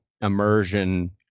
immersion